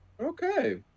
Okay